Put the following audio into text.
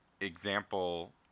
example